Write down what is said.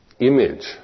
Image